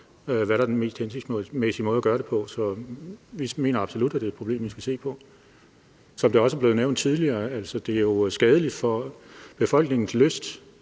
hvad der er den mest hensigtsmæssige måde at gøre det på. Så vi mener absolut, at det er et problem, vi skal se på. Som det også er blevet nævnt tidligere, er det skadeligt for befolkningens lyst